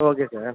okay sir